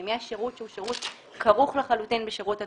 אם יש שירות שהוא כרוך לחלוטין בשירות התשלום,